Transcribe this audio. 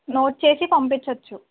note చేసి పంపించవచ్చు